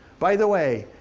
by the way,